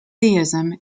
theism